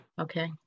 Okay